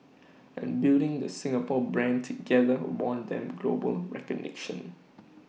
and building the Singapore brand together won them global recognition